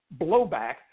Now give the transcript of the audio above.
blowback